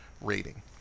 rating